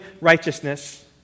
righteousness